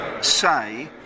say